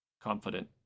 Confident